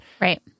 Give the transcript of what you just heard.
Right